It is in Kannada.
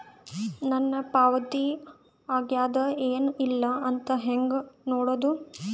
ನನ್ನ ಪಾವತಿ ಆಗ್ಯಾದ ಏನ್ ಇಲ್ಲ ಅಂತ ಹೆಂಗ ನೋಡುದು?